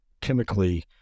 chemically